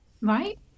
right